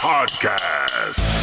Podcast